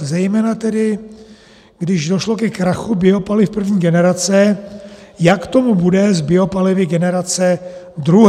Zejména tedy když došlo ke krachu biopaliv první generace, jak tomu bude s biopalivy generace druhé.